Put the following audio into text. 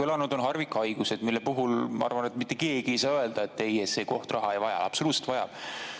Kõlanud on harvikhaigused, mille puhul, ma arvan, mitte keegi ei saa öelda, et see koht raha ei vaja. Absoluutselt vajab!